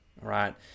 right